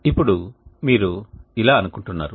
ఇప్పుడు మీరు ఇలా అనుకుంటున్నారు